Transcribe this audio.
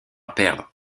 perdre